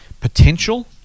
potential